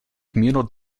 communal